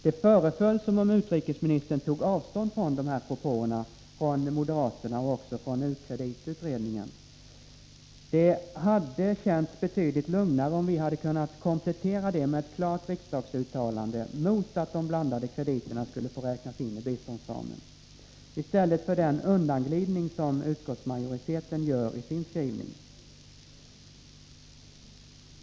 Det föreföll som om utrikesministern tog avstånd från de här propåerna från moderaterna — och också från kreditutredningen. Det hade känts betydligt lugnare om vi hade kunnat komplettera det med ett klart riksdagsuttalande mot att de blandade krediterna skulle få räknas in i biståndsramen—i stället för den undanglidning som utskottsmajoriteten gör i sin skrivning.